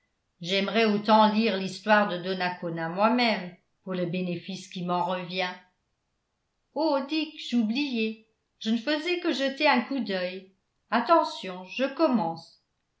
j'aimerais autant lire l'histoire de donacona moi-même pour le bénéfice qui m'en revient oh dick j'oubliais je ne faisais que jeter un coup d'œil attention je commence